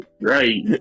right